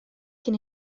cyn